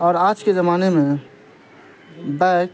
اور آج کے زمانے میں بائک